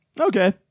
okay